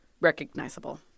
recognizable